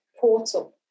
portal